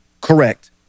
Correct